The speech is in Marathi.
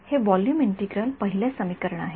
हे व्हॉल्यूम इंटिग्रल पहिले समीकरण आहे